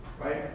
right